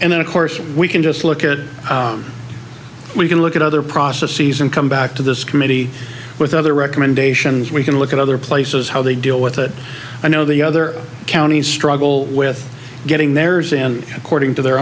and then of course we can just look at it we can look at other processes and come back to this committee with other recommendations we can look at other places how they deal with it i know the other counties struggle with getting theirs and according to their